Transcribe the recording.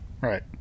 right